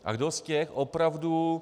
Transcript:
A kdo z těch opravdu...